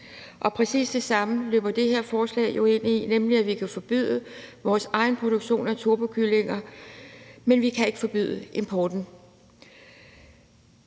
præcis det samme løber det her forslag jo ind i, nemlig at vi kan forbyde vores egen produktion af turbokyllinger, men at vi ikke kan forbyde importen.